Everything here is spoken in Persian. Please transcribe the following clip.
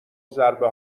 ضربه